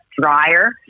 drier